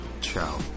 Ciao